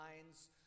lines